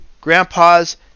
grandpas